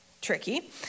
tricky